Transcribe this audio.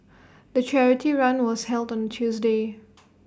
the charity run was held on Tuesday